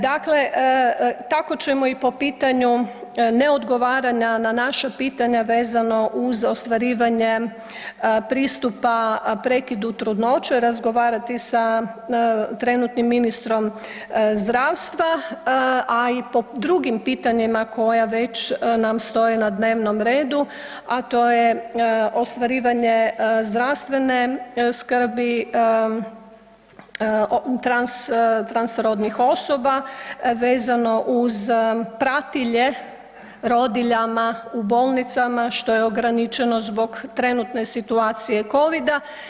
Dakle, tako ćemo i po pitanju neodgovaranja na naša pitanja vezano uz ostvarivanje pristupa prekidu trudnoće razgovarati sa trenutnim ministrom zdravstva, a i po drugim pitanjima koja već nam stoje na dnevnom redu, a to je ostvarivanje zdravstvene skrbi transrodnih osoba vezano uz pratilje rodiljama u bolnicama što je ograničeno zbog trenutne situacije covida.